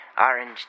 orange